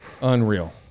unreal